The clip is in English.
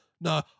No